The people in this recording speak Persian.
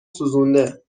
سوزونده